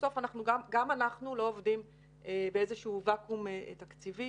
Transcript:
בסוף גם אנחנו לא עובדים באיזשהו ואקום תקציבי